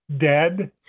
dead